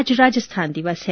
आज राजस्थान दिवस है